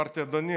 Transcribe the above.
אמרתי: אדוני,